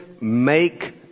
make